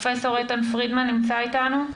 בבקשה.